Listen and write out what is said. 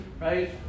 right